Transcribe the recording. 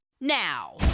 now